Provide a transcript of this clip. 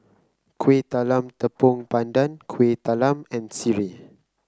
Kuih Talam Tepong Pandan Kueh Talam and sireh